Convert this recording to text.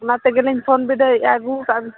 ᱚᱱᱟ ᱛᱮᱜᱮᱞᱤᱧ ᱯᱷᱳᱱ ᱵᱤᱰᱟᱹᱣᱮᱫᱼᱟ ᱟᱹᱜᱩᱣᱠᱟᱜᱼᱟ